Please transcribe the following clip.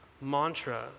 mantra